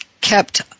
kept